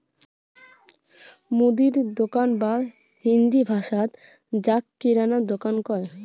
মুদির দোকান বা হিন্দি ভাষাত যাক কিরানা দুকান কয়